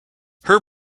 her